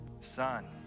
Son